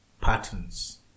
patterns